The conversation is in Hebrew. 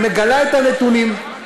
ומגלה את הנתונים,